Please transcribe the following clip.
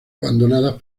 abandonadas